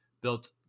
built